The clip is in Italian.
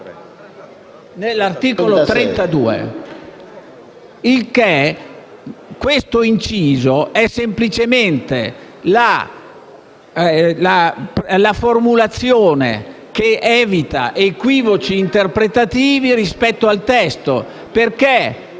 nell'articolo 32. Questo inciso è semplicemente una formulazione che evita equivoci interpretativi rispetto al testo, perché